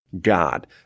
God